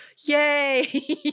yay